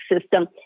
system